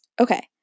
Okay